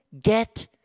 get